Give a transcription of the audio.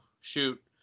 shoot